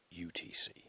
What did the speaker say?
UTC